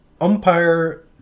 Umpire